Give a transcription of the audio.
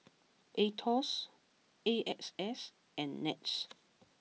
Aetos A X S and Nets